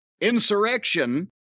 insurrection